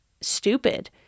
stupid